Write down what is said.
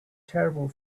terrible